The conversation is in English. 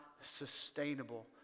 sustainable